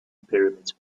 pyramids